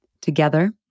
Together